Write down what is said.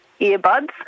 earbuds